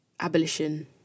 abolition